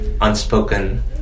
unspoken